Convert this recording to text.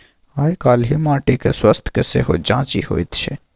आयकाल्हि माटिक स्वास्थ्यक सेहो जांचि होइत छै